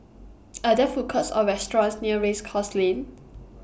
Are There Food Courts Or restaurants near Race Course Lane